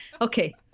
Okay